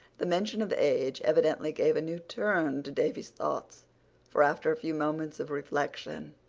the mention of age evidently gave a new turn to davy's thoughts for after a few moments of reflection,